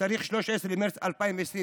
בתאריך 13 במרץ 2022,